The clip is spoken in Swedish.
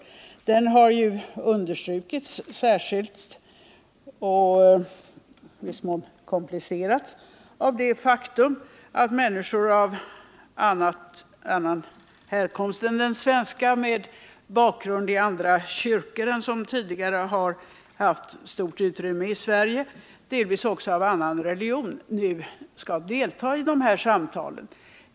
Denna har understrukits särskilt och i viss mån komplicerats av det faktum att människor av annan härkomst än den svenska, med bakgrund i andra kyrkor än de som tidigare haft stort utrymme i Sverige, nu skall delta i dessa samtal.